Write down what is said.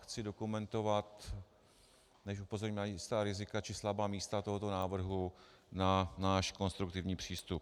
Chci dokumentovat, než upozorním na jistá rizika či slabá místa tohoto návrhu, na náš konstruktivní přístup.